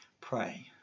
pray